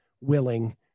willing